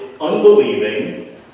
unbelieving